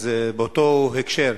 אז באותו הקשר,